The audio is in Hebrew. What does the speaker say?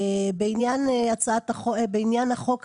בעניין החוק עצמו,